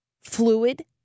fluid